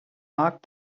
mark